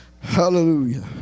Hallelujah